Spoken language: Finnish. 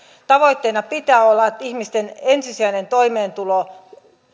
tavoitteena pitää olla että ihmisten ensisijainen toimeentulo